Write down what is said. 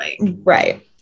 Right